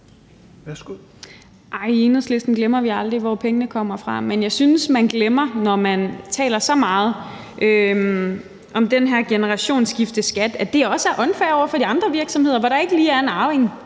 i Enhedslisten glemmer vi aldrig, hvor pengene kommer fra. Men jeg synes, man glemmer, når man taler så meget om den her generationsskifteskat, at det også er unfair over for de andre virksomheder, hvor der ikke lige er en arving